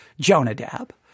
Jonadab